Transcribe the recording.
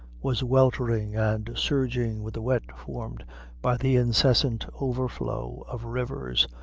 was weltering and surging with the wet formed by the incessant overflow of rivers,